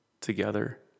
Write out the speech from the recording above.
together